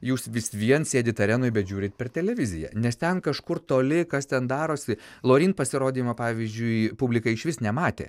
jūs vis vien sėdit arenoj bet žiūrint per televiziją nes ten kažkur toli kas ten darosi loreen pasirodymą pavyzdžiui publika išvis nematė